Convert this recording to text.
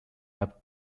have